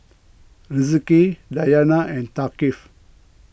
Rizqi Dayana and Thaqif